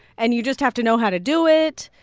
and you just have to know how to do it.